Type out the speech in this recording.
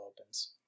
opens